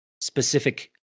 specific